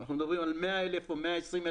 אנחנו מדברים על 100,000 או 120,000